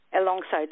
alongside